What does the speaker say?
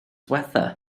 ddiwethaf